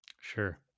Sure